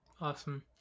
Awesome